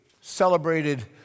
celebrated